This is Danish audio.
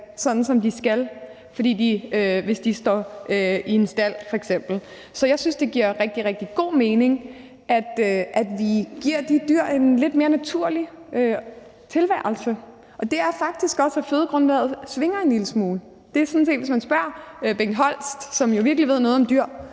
sådan som de skal, hvis de står i en stald f.eks. Så jeg synes, det giver rigtig, rigtig god mening, at vi giver de dyr en lidt mere naturlig tilværelse, og det er faktisk også det, at fødegrundlaget svinger en lille smule. Hvis man spørger Bengt Holst, som jo virkelig ved noget om dyr,